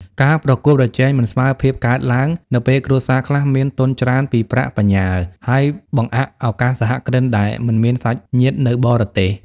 ការប្រកួតប្រជែងមិនស្មើភាពកើតឡើង នៅពេលគ្រួសារខ្លះមានទុនច្រើនពីប្រាក់បញ្ញើ ហើយបង្អាក់ឱកាសសហគ្រិនដែលមិនមានសាច់ញាតិនៅបរទេស។